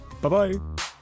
Bye-bye